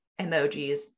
emojis